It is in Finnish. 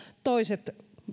toiset